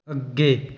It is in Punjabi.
ਅੱਗੇ